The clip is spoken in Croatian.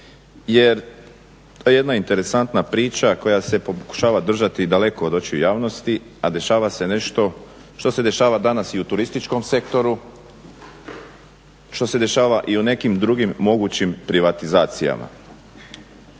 jer to je jedna interesantna priča koja se pokušava držati daleko od očiju javnosti, a dešava se nešto što se dešava danas i u turističkom sektoru, što se dešava i u nekim drugim mogućim privatizacijama.